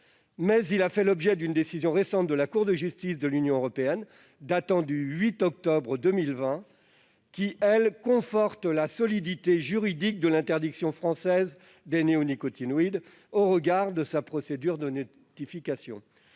il a fait l'objet d'une décision récente de la Cour de justice de l'Union européenne, en date du 8 octobre 2020, qui, elle, a conforté la solidité juridique de l'interdiction française des néonicotinoïdes au regard de sa procédure de notification.